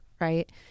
right